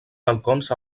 balcons